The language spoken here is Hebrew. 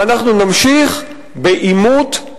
ואנחנו נמשיך בעימות,